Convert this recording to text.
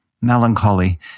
melancholy